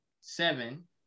seven